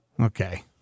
Okay